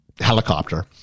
helicopter